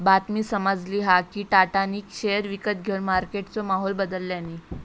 बातमी समाजली हा कि टाटानी शेयर विकत घेवन मार्केटचो माहोल बदलल्यांनी